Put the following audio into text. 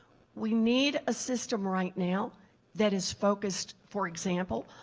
we need a system right now that is focused, for example,